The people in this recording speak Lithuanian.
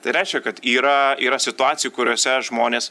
tai reiškia kad yra yra situacijų kuriose žmonės